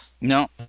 No